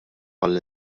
għall